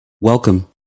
Welcome